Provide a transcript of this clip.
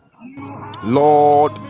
Lord